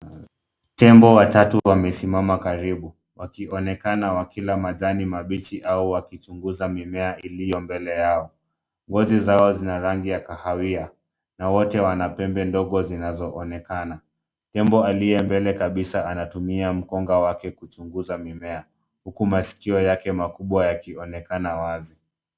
Tembo watatu wamesimama karibu, wakionekana wakila majani mabichi au wakichunguza mimea iliyo mbele yao. Ngozi zao zina rangi ya kahawia na wote wana pembe ndogo zinazoonekana. Tembo aliye mbele kabisa anatumia mkonga wake kuchunguza mimea, huku masikio yake makubwa yakionekana wazi.